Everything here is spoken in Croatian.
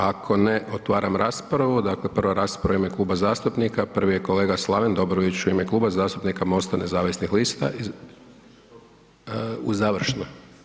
Ako ne, otvaram raspravu, dakle prva rasprava u ime kluba zastupnika, prvi je kolega Slaven Dobrović u ime Klub zastupnika MOST-a nezavisnih lista, u završno.